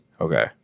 Okay